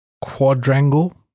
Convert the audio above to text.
quadrangle